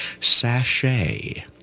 Sachet